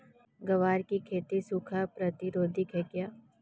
ग्वार की खेती सूखा प्रतीरोधक है क्या?